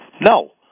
No